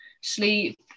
sleep